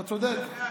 אתה צודק.